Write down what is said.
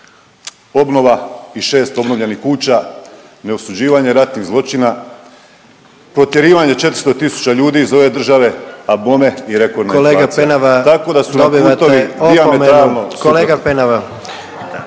obnova i 6 obnovljenih kuća, neosuđivanje ratnih zločina, protjerivanje 400 tisuća ljudi iz ove države, a bome i rekordna inflacija. …/Upadica